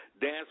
dance